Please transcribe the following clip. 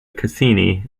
cassini